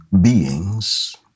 beings